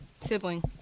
Sibling